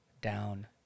down